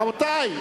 רבותי,